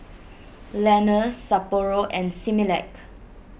Lenas Sapporo and Similac